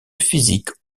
physique